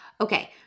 Okay